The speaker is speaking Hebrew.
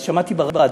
אז שמעתי ברדיו.